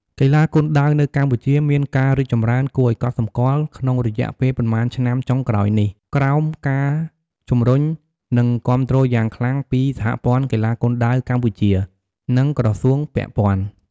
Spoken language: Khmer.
កីឡាគុនដាវនៅកម្ពុជាមានការរីកចម្រើនគួរឱ្យកត់សម្គាល់ក្នុងរយៈពេលប៉ុន្មានឆ្នាំចុងក្រោយនេះ ក្រោមការជំរុញ និងគាំទ្រយ៉ាងខ្លាំងពី សហព័ន្ធកីឡាគុនដាវកម្ពុជា និងក្រសួងពាក់ព័ន្ធ។